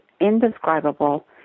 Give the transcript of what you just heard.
indescribable